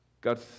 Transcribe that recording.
God